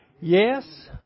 Yes